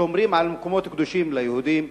שומרים על מקומות קדושים ליהודים,